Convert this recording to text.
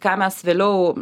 ką mes vėliau